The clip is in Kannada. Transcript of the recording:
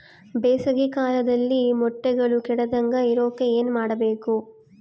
ಬೇಸಿಗೆ ಕಾಲದಲ್ಲಿ ಮೊಟ್ಟೆಗಳು ಕೆಡದಂಗೆ ಇರೋಕೆ ಏನು ಮಾಡಬೇಕು?